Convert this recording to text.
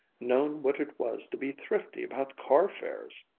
known what it was to be thrifty about car-fares.